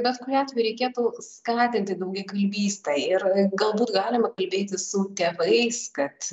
bet kuriuo atveju reikėtų skatinti daugiakalbystę ir galbūt galime kalbėti su tėvais kad